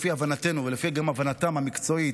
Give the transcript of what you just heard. לפי הבנתנו וגם לפי הבנתם המקצועית,